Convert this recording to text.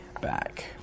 back